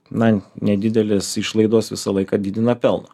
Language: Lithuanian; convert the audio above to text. na nedidelės išlaidos visą laiką didina pelną